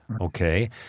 okay